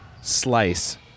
slice